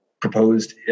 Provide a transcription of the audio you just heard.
proposed